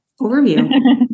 overview